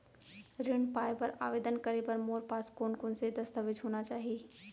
ऋण पाय बर आवेदन करे बर मोर पास कोन कोन से दस्तावेज होना चाही?